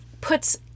puts